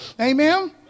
Amen